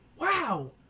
Wow